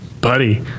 buddy